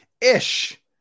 ish